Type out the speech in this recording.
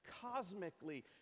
cosmically